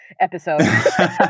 episode